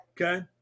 okay